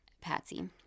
Patsy